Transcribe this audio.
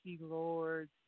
Lord